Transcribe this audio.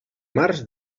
març